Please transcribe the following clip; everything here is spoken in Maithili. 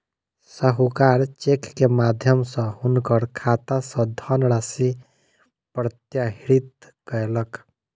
साहूकार चेक के माध्यम सॅ हुनकर खाता सॅ धनराशि प्रत्याहृत कयलक